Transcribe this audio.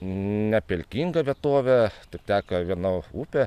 nepelkinga vietovė tik teka viena upė